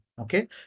okay